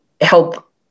help